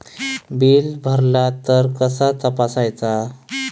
Bill भरला तर कसा तपसायचा?